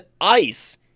ICE